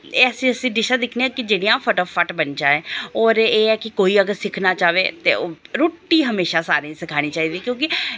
ऐसी ऐसी डिशां दिक्खने कि जेह्ड़ियां फटोफट बन जाए और एह् ऐ कि कोई अगर सिक्खना चाह् ते रुट्टी हमेशा सारें सखाने चाहिदी क्यूंकि एह्